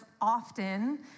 often